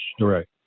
Right